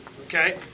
Okay